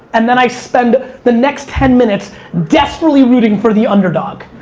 and then i spend the next ten minutes desperately rooting for the underdog.